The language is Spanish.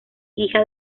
hija